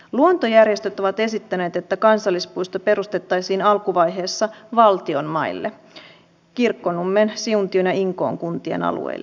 luontojärjestöt ovat esittäneet että kansallispuisto perustettaisiin alkuvaiheessa valtion maille kirkkonummen siuntion ja inkoon kuntien alueille